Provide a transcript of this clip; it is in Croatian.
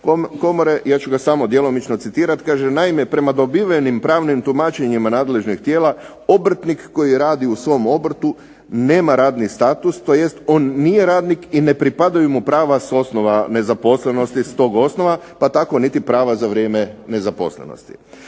HOK-a, ja ću ga samo djelomično citirati, kaže: "Naime, prema dobivenim pravnim tumačenjima nadležnih tijela obrtnik koji radi u svom obrtu nema radni status, tj. on nije radnik i ne pripadaju mu prava s osnova nezaposlenosti, s tog osnova, pa tako niti prava za vrijeme nezaposlenosti.